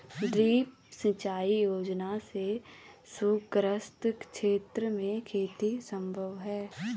drip सिंचाई योजना से सूखाग्रस्त क्षेत्र में खेती सम्भव है